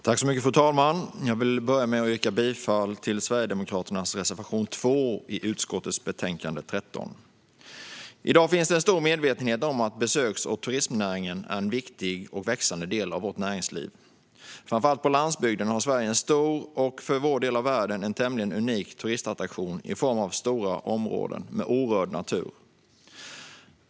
Fru talman! Jag vill börja med att yrka bifall till Sverigedemokraternas reservation 2 i utskottets betänkande 13. I dag är medvetenheten stor om att besöks och turistnäringen är en viktig och växande del av vårt näringsliv. Framför allt på landsbygden har Sverige en stor och för vår del av världen tämligen unik turistattraktion i form av stora områden med orörd natur.